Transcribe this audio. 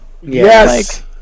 Yes